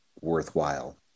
worthwhile